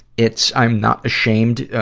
it's i'm not ashamed, ah,